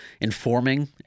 informing